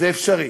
זה אפשרי.